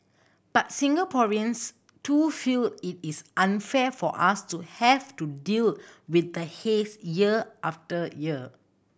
but Singaporeans too feel it is unfair for us to have to deal with the haze year after year